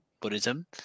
Buddhism